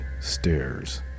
stairs